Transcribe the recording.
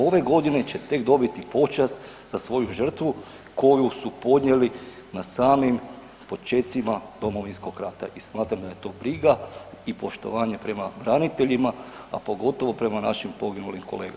Ove godine će tek dobiti počast za svoju žrtvu koju su podnijeli na samim počecima Domovinskog rata i smatram da je to briga i poštovanje prema braniteljima, a pogotovo prema našim poginulim kolegama.